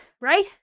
right